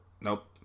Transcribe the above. Nope